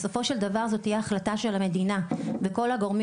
בסופו של דבר זו תהיה החלטה של המדינה וכל הגורמים